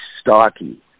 stocky